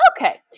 Okay